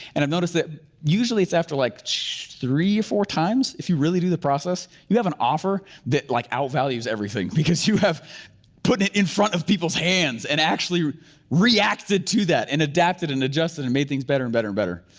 and i've noticed that, usually it's after like three or four times, if you really do the process, you have an offer, that like out values everything. because you have putting it in front of people's hands and actually reacted to that and adapted and adjusted and made things better and better and better.